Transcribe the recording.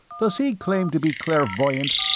does he claim to be clairvoyant?